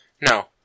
no